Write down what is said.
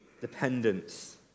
dependence